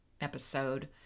episode